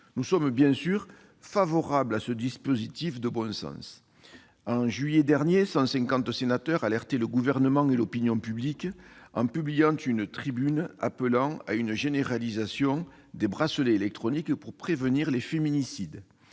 Nous sommes bien sûr favorables à ce dispositif de bon sens. En juillet dernier, 150 sénateurs alertaient le Gouvernement et l'opinion publique avec la publication d'une tribune appelant à une généralisation des bracelets électroniques pour prévenir les féminicides.